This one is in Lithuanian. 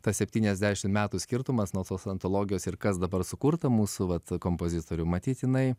tas septyniasdešimt metų skirtumas nuo tos antologijos ir kas dabar sukurta mūsų va kompozitorių matyt jinai